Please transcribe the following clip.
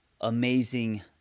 amazing